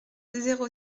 zéro